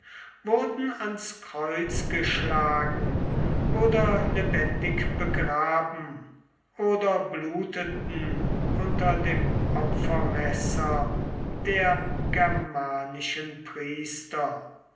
wurden ans kreuz geschlagen oder lebendig begraben oder bluteten unter dem opfermesser der germanischen priester